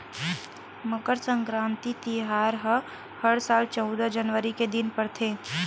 मकर सकराति तिहार ह हर साल चउदा जनवरी के दिन परथे